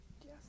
Yes